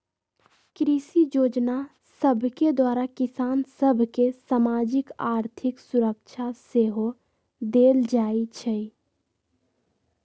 कृषि जोजना सभके द्वारा किसान सभ के सामाजिक, आर्थिक सुरक्षा सेहो देल जाइ छइ